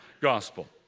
gospel